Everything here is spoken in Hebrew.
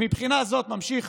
"ומבחינה זו" ממשיך